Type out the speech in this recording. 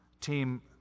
team